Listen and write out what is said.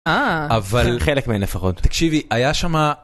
אה... אבל... חלק מהם לפחות. תקשיבי, היה שמה...